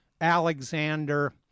Alexander